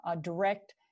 direct